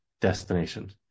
destination